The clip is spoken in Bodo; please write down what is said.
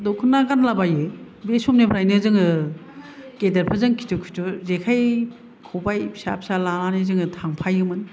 द'खना गानला बायो बे समनिफ्राइनो जोङो गेदेरफोरजों खिथु खिथु जेखाय खबाय फिसा फिसा लानानै जोङो थांफायोमोन